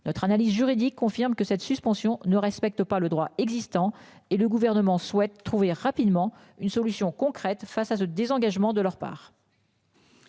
Notre analyse juridique confirme que cette suspension ne respecte pas le droit existant et le gouvernement souhaite trouver rapidement une solution concrète. Face à ce désengagement de leur part.